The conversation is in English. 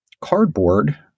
Cardboard